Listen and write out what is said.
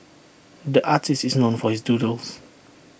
the artist is known for his doodles